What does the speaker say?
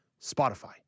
spotify